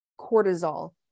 cortisol